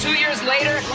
so years later.